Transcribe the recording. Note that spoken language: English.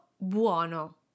buono